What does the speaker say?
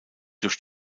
durch